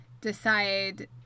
decide